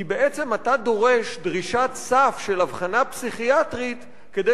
כי בעצם אתה דורש דרישת סף של אבחנה פסיכיאטרית כדי